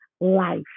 life